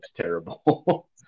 terrible